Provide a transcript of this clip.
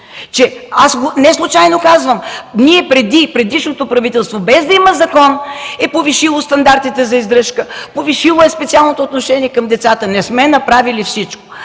Аз неслучайно казвам, че предишното правителство, без да има закон, е повишило стандартите за издръжка, повишило е специалното отношение към децата. Не сме направили всичко.